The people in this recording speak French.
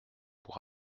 pour